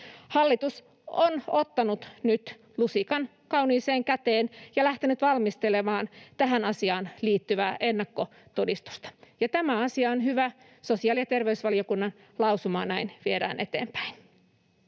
Hallitus on ottanut nyt lusikan kauniiseen käteen ja lähtenyt valmistelemaan tähän asiaan liittyvää ennakkotodistusta, ja tämä asia on hyvä. Sosiaali‑ ja terveysvaliokunnan lausumaa viedään näin eteenpäin.